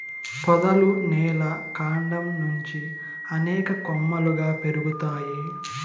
పొదలు నేల కాండం నుంచి అనేక కొమ్మలుగా పెరుగుతాయి